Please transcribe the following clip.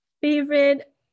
favorite